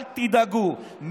אל תדאגו,